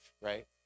Right